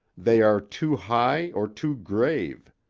they are too high or too grave.